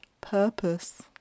purpose